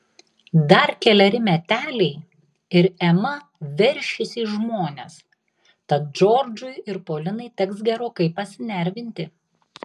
dar keleri meteliai ir ema veršis į žmones tad džordžui ir polinai teks gerokai pasinervinti